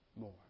more